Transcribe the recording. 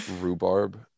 rhubarb